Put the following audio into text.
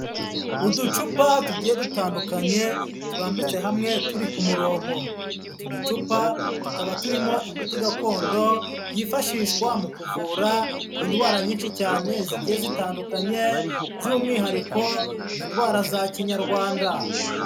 Uducupa tugiye dutandukanye turambitse hamwe turi ku murongo, utu ducupa tukaba turimo imiti gakondo yifashishwa mu kuvura indwara nyinshi cyane zigiye zitandukanye, by'umwihariko indwara za Kinyarwanda.